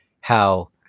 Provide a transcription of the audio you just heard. how-